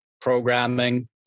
programming